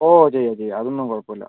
ഓ ചെയ്യാം ചെയ്യാം അതൊന്നും കുഴപ്പം ഇല്ല